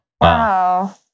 wow